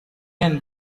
end